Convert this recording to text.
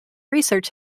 research